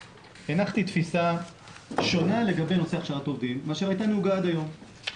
הנחתי תפיסה שונה לגבי נושא הכשרת עובדים מאשר הייתה נהוגה עד היום.